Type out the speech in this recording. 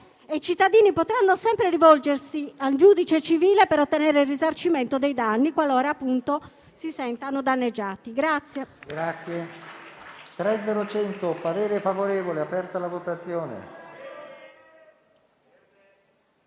I cittadini potranno sempre rivolgersi al giudice civile per ottenere il risarcimento dei danni, qualora si sentano danneggiati.